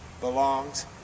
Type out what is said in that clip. belongs